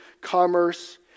commerce